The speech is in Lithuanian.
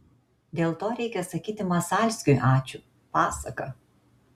dėl to reikia sakyti masalskiui ačiū pasaka